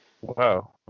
Wow